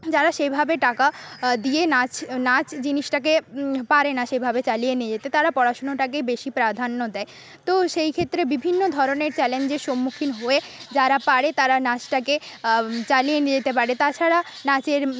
যারা সেভাবে টাকা দিয়ে নাচ নাচ জিনিসটাকে পারে না সেভাবে চালিয়ে নিয়ে যেতে তাঁরা পড়াশুনোটাকেই বেশি প্রাধান্য দেয় তো সেই ক্ষেত্রে বিভিন্ন ধরনের চ্যালেঞ্জের সম্মুখীন হয়ে যারা পারে তাঁরা নাচটাকে চালিয়ে নিয়ে যেতে পারে তা ছাড়া নাচের